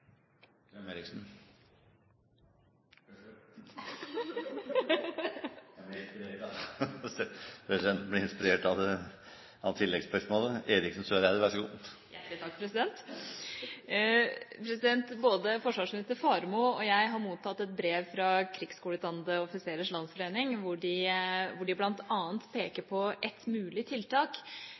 inspirert av tilleggsspørsmålet. Eriksen Søreide, vær så god. Hjertelig takk. Både forsvarsminister Faremo og jeg har mottatt et brev fra Krigsskoleutdannede offiserers landsforening, der de bl.a. peker på et mulig tiltak,